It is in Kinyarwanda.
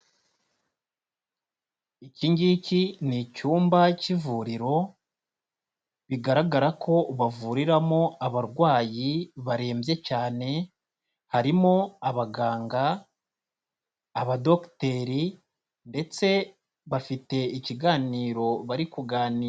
Iki ngiki ni icyumba cy'ivuriro, bigaragara ko bavuriramo abarwayi barembye cyane, harimo abaganga, abadokiteri ndetse bafite ikiganiro bari kuganira.